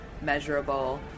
measurable